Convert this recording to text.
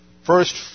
First